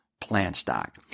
PlantStock